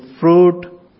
fruit